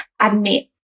admit